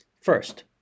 First